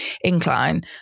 incline